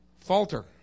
falter